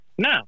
No